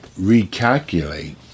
recalculate